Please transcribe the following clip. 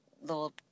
little